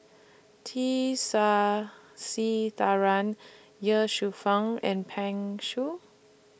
T Sasitharan Ye Shufang and Pan Shou